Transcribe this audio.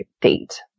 date